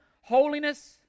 holiness